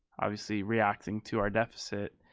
obviously reacting to our deficit.